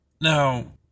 Now